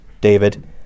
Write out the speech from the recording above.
David